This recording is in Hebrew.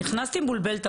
נכנסתי מבולבלת,